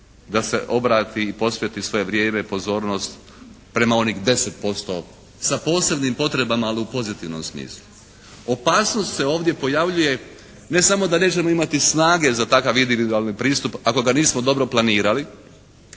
da se obrati i posveti svoje vrijeme, pozornost prema onih 10% sa posebnim potrebama, ali u pozitivnom smislu. Opasnost se ovdje pojavljuje ne samo da nećemo imati snage za takav individualni pristup, ako ga nismo dobro planirali,